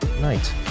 night